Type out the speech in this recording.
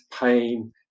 pain